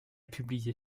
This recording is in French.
publié